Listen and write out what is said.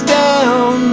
down